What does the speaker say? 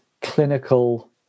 clinical